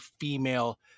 female